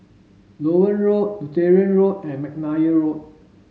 Loewen Road Lutheran Road and McNair Road